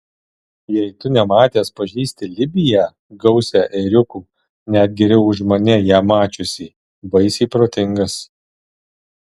jei tu nematęs pažįsti libiją gausią ėriukų net geriau už mane ją mačiusį baisiai protingas